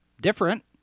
different